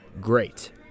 Great